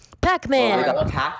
Pac-Man